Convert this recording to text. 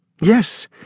Yes—